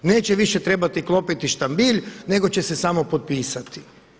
Neće više trebati klopiti štambilj, nego će se samo potpisati.